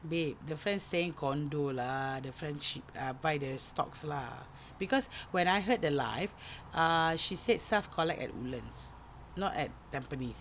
babe the friend staying condo lah the friend shipped ah buy the stocks lah cause when I heard the live ah she said self-collect at Woodlands not at Tampines